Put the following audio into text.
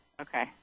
Okay